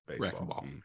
Baseball